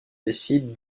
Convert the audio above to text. décide